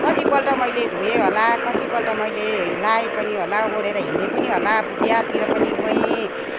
कतिपल्ट मैले धोएँ होला कतिपल्ट मैले लाएँ पनि होला ओडेर हिँडेँ पनि होला बिहातिर पनि गएँ